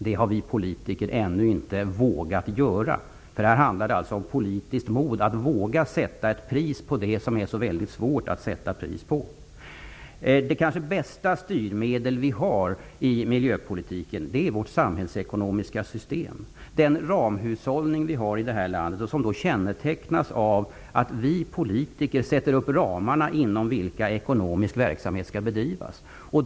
Det har vi politiker ännu inte vågat göra. Det handlar om politiskt mod -- att våga sätta ett pris på det som är så väldigt svårt att sätta pris på. Det kanske bästa styrmedel vi har i miljöpolitiken är vårt samhällsekonomiska system, dvs. den ramhushållning vi har i detta land. Den kännetecknas av att vi politiker sätter upp ramarna inom vilka ekonomisk verksamhet skall bedrivas.